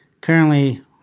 currently